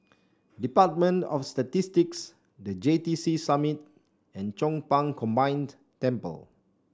Department of Statistics The J T C Summit and Chong Pang Combined Temple